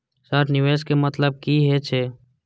Sir निवेश के मतलब की हे छे?